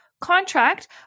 contract